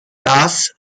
das